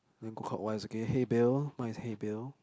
do you want to go clockwise okay hey Bill mine is hey Bill